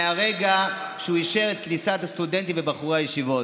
מהרגע שהוא אישר את כניסת הסטודנטים ובחורי הישיבות.